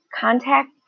Contact